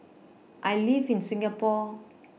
I live in Singapore